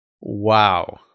Wow